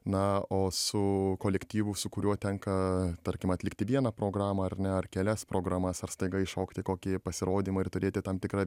na o su kolektyvu su kuriuo tenka tarkim atlikti vieną programą ar ne ar kelias programas ar staiga įšokti į kokį pasirodymą ir turėti tam tikrą